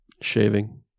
Shaving